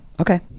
Okay